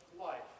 life